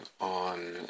on